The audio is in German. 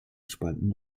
spalten